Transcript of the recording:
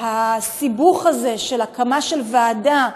הסיבוך הזה של הקמת ועדה,